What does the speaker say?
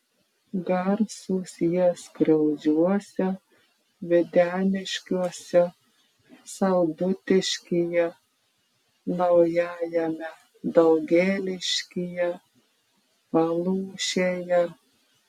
garsūs jie skriaudžiuose videniškiuose saldutiškyje naujajame daugėliškyje palūšėje